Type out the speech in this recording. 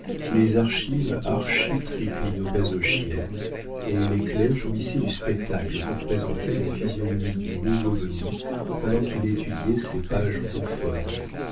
les archives architriclino basochiennes et les clercs jouissaient du spectacle que présentait la physionomie du nouveau venu pendant qu'il étudiait ces pages bouffonnes